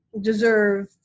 deserve